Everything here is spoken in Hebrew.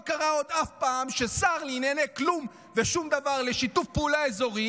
עוד לא קרה אף פעם ששר לענייני כלום ושום דבר לשיתוף פעולה אזורי